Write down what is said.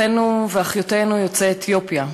אחינו ואחיותינו יוצאי אתיופיה,